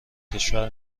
کشور